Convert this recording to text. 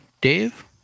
Dave